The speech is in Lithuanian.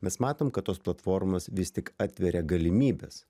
mes matom kad tos platformos vis tik atveria galimybes